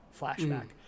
flashback